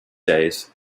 days